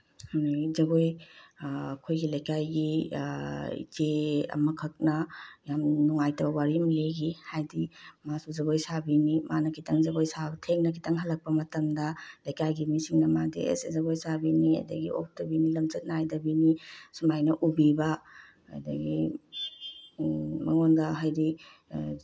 ꯖꯒꯣꯏ ꯑꯩꯈꯣꯏꯒꯤ ꯂꯩꯀꯥꯏꯒꯤ ꯏꯆꯦ ꯑꯃꯈꯛꯅ ꯌꯥꯝ ꯅꯨꯡꯉꯥꯏꯇꯕ ꯋꯥꯔꯤ ꯑꯃ ꯂꯤꯈꯤ ꯍꯥꯏꯗꯤ ꯃꯥꯁꯨ ꯖꯒꯣꯏ ꯁꯥꯕꯤꯅꯤ ꯃꯥꯅ ꯈꯤꯇꯪ ꯖꯒꯣꯏ ꯁꯥꯕ ꯊꯦꯡꯅ ꯈꯤꯇꯪ ꯍꯜꯂꯛꯄ ꯃꯇꯝꯗ ꯂꯩꯀꯥꯏꯒꯤ ꯃꯤꯁꯤꯡ ꯃꯥꯗꯤ ꯑꯦꯁ ꯖꯒꯣꯏ ꯁꯥꯕꯤꯅꯤ ꯑꯗꯒꯤ ꯑꯣꯛꯇꯕꯤꯅꯤ ꯂꯝꯆꯠ ꯅꯥꯏꯗꯕꯤꯅꯤ ꯁꯨꯃꯥꯏꯅ ꯎꯕꯤꯕ ꯑꯗꯒꯤ ꯃꯥꯉꯣꯟꯗ ꯍꯥꯏꯗꯤ